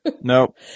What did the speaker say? Nope